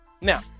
Now